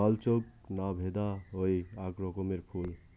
বালচোক না ভেদা হই আক রকমের ফুল